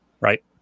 Right